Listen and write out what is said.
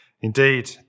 Indeed